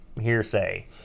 hearsay